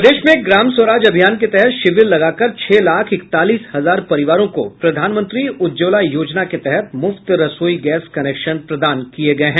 प्रदेश में ग्राम स्वराज अभियान के तहत शिविर लगाकर छह लाख इकतालीस हजार परिवारों को प्रधानमंत्री उज्जवला योजना के तहत मुफ्त रसोई गैस कनेक्शन प्रदान किये गये हैं